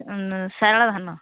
ଶାରଳା ଧାନ